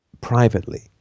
privately